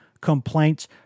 complaints